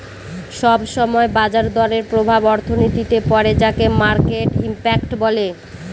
সব সময় বাজার দরের প্রভাব অর্থনীতিতে পড়ে যাকে মার্কেট ইমপ্যাক্ট বলে